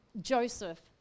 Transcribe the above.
Joseph